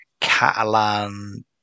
Catalan